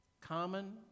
Common